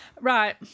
Right